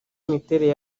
n’imiterere